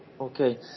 Okay